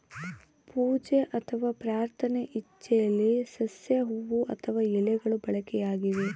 ಪೂಜೆ ಅಥವಾ ಪ್ರಾರ್ಥನೆ ಇಚ್ಚೆಲೆ ಸಸ್ಯ ಹೂವು ಅಥವಾ ಎಲೆಗಳು ಬಳಕೆಯಾಗಿವೆ